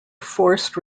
forced